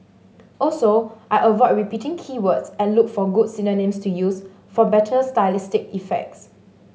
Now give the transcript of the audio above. also I avoid repeating key words and look for good synonyms to use for better stylistic effects